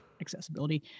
accessibility